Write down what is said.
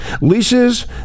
Leases